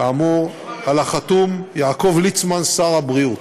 כאמור, על החתום: יעקב ליצמן, שר הבריאות.